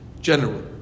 general